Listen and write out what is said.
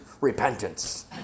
repentance